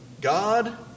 God